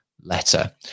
letter